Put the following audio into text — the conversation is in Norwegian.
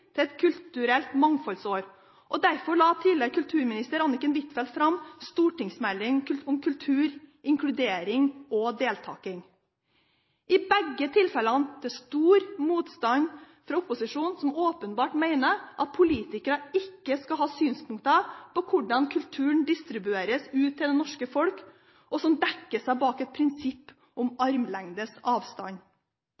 til et kulturelt mangfoldsår, og derfor la tidligere kulturminister Anniken Huitfeldt fram stortingsmeldingen Kultur, inkludering og deltaking – i begge tilfeller til stor motstand fra opposisjonen, som åpenbart mener at politikere ikke skal ha synspunkter på hvordan kulturen distribueres til det norske folk, og som dekker seg bak et prinsipp om